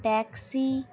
taxi